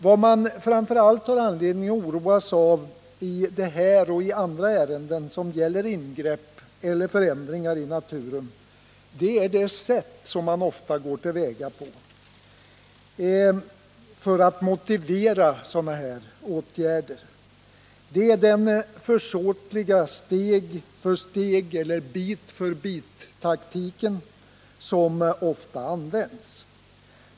Vad man framför allt har anledning att oroas över såväl i detta som i andra ärenden som gäller ingrepp eller fö ändringar i naturen är det sätt på vilket man ofta går till väga för att motivera åtgärderna. Det är den försåtliga steg-för-stegeller bit-för-bit-taktiken som ofta används.